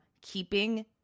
keeping